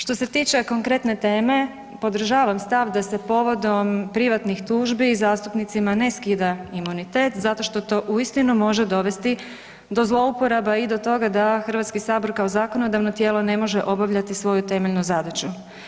Što se tiče konkretne teme podržavam stav da se povodom privatnih tužbi zastupnicima ne skida imunitet zato što to uistinu može dovesti do zlouporaba i do toga da Hrvatski sabor kao zakonodavno tijelo ne može obavljati svoju temeljnu zadaću.